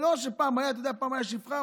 אתה יודע, פעם הייתה שפחה.